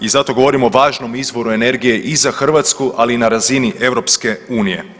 I zato govorim o važnom izvoru energije i za Hrvatsku, ali i na razini EU.